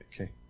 Okay